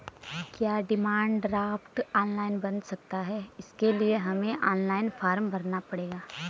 क्या demand draft online बन सकता है इसके लिए हमें ऑनलाइन फॉर्म भरना पड़ेगा?